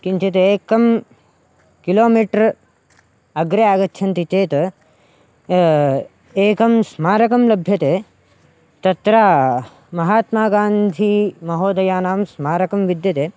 किञ्चित् एकं किलोमीटर् अग्रे आगच्छन्ति चेत् एकं स्मारकं लभ्यते तत्र महात्मागान्धीमहोदयानां स्मारकं विद्यते